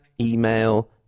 email